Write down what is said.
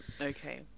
Okay